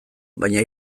baina